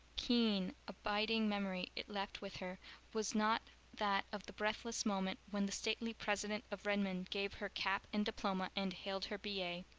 keen, abiding memory it left with her was not that of the breathless moment when the stately president of redmond gave her cap and diploma and hailed her b a.